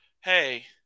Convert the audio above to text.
Hey